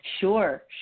Sure